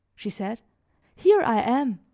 she said here i am,